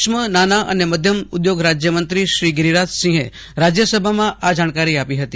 સુક્ષ્મ નાના અને મધ્યમ ઉદ્યોગરાજયમંત્રી ગીરીરાજ સિંહે રાજયસભામાં આ જાણકારી આપી હતી